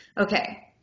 okay